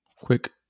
quick